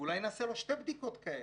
ואולי נעשה לו שתי בדיקות כאלה.